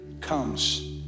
comes